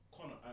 Connor